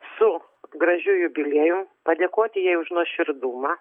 su gražiu jubiliejum padėkoti jai už nuoširdumą